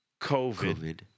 COVID